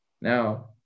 Now